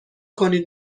کنید